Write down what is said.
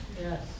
Yes